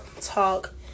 Talk